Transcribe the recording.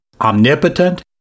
omnipotent